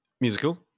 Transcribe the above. musical